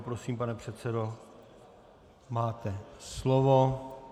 Prosím, pane předsedo, máte slovo.